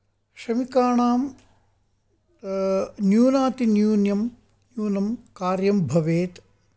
श्रमिकाणां न्यूनातिन्यूनं न्यूनं कार्यं भवेत्